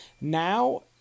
now